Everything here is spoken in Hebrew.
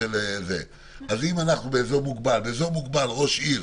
באזור מוגבל, ראש עיר,